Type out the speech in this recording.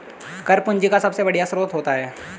कर पूंजी का सबसे बढ़िया स्रोत होता है